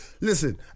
listen